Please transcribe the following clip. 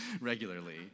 regularly